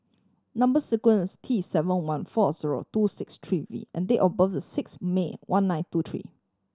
number sequence T seven one four zero two six three V and date of birth is six May one nine two three